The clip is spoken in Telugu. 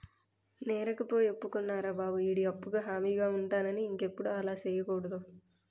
నేరకపోయి ఒప్పుకున్నారా బాబు ఈడి అప్పుకు హామీగా ఉంటానని ఇంకెప్పుడు అలా సెయ్యకూడదు